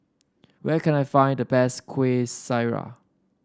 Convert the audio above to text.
where can I find the best Kueh Syara